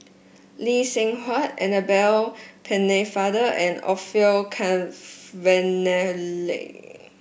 Lee Seng Huat Annabel Pennefather and Orfeur Cavenally